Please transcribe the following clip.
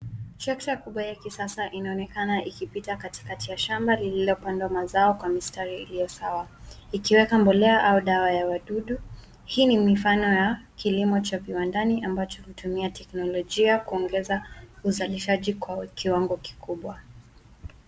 Trekta kubwa ya kisasa inaonekana ikipita katikati ya shamba lililopandwa mazao kwa mistari iliyo sawa, ikiweka mbolea au dawa ya wadudu. Hii ni mifano ya kilimo cha viwandani ambacho hutumia teknolojia kuongeza uzalishaji kwa kiwango kikubwa.